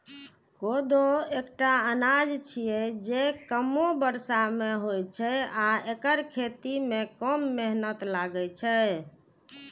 कोदो एकटा अनाज छियै, जे कमो बर्षा मे होइ छै आ एकर खेती मे कम मेहनत लागै छै